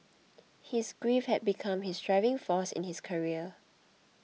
his grief had become his driving force in his career